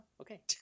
okay